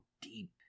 deep